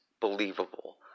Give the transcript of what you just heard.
believable